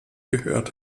gehört